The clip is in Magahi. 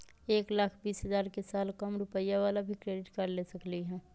एक लाख बीस हजार के साल कम रुपयावाला भी क्रेडिट कार्ड ले सकली ह?